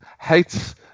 hates